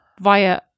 via